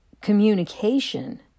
communication